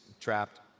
trapped